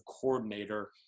coordinator